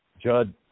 Judd